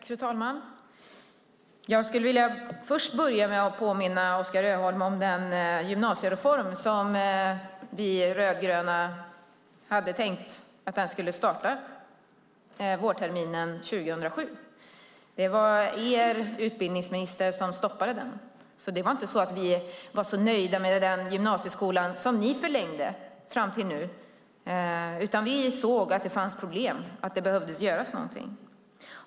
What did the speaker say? Fru talman! Jag vill först börja med att påminna Oskar Öholm om den gymnasiereform som vi rödgröna hade tänkt skulle starta vårterminen 2007. Det var er utbildningsminister som stoppade den. Det var inte så att vi var så nöjda med den gymnasieskola som ni förlängde. Vi såg att det fanns problem och att det behövde göras någonting.